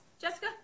Jessica